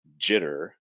jitter